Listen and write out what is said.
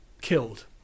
killed